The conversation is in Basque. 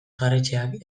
jarraitzeak